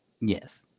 Yes